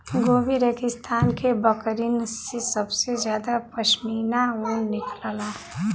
Gobi रेगिस्तान के बकरिन से सबसे जादा पश्मीना ऊन निकलला